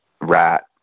Rat